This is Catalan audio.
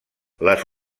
les